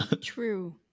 True